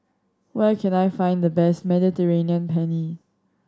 where can I find the best Mediterranean Penne